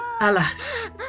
Alas